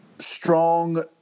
strong